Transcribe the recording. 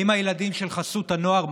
האם הילדים של חסות הנוער,